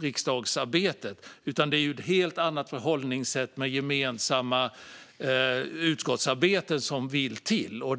riksdagsarbetet. Det är ett helt annat förhållningssätt med gemensamma utskottsarbeten som vill till.